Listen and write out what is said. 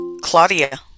Claudia